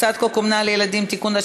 הצעת חוק אומנה לילדים (תיקון),